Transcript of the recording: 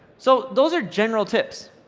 so, those are general tips,